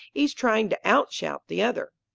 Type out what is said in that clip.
each trying to out-shout the other.